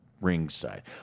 Ringside